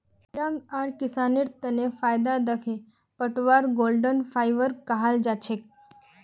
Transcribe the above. रंग आर किसानेर तने फायदा दखे पटवाक गोल्डन फाइवर कहाल जाछेक